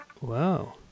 wow